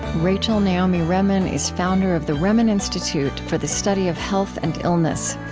rachel naomi remen is founder of the remen institute for the study of health and illness,